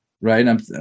right